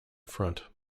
front